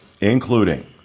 Including